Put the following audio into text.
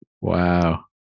Wow